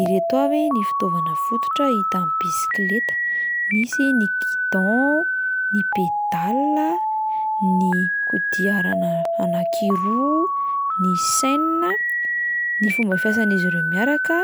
Ireto avy ny fitaovana fototra hita amin'ny bisikleta: misy ny guidon, ny pédale, ny kodiarana anankiroa, ny chaîne, ny fomba fiasan'izy ireo miaraka: